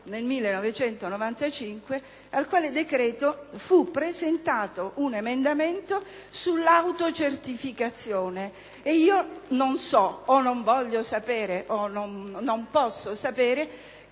nel 1995. A tale decreto fu presentato un emendamento sull'autocertificazione. Io non so - o non voglio sapere o non posso sapere